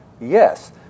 Yes